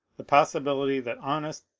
the possibility that honest,